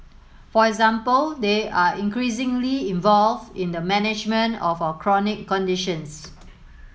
for example they are increasingly involved in the management of our chronic conditions